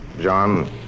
John